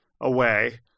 away